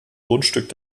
grundstück